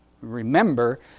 remember